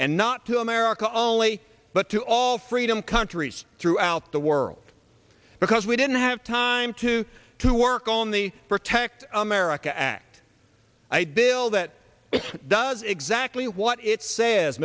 and not to america only but to all freedom countries throughout the world because we didn't have time to to work on the protect america act i'd bill that does exactly what it says